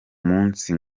munsi